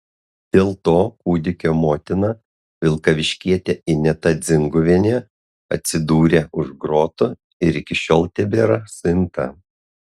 dėl to kūdikio motina vilkaviškietė ineta dzinguvienė atsidūrė už grotų ir iki šiol tebėra suimta